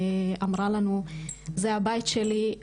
והיא אמרה לנו כך: "זה הבית שלי,